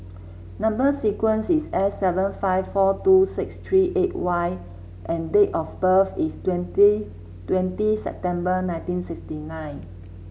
number sequence is S seven five four two six three eight Y and date of birth is twenty twenty September nineteen sixty nine